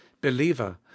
believer